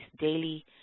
daily